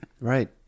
Right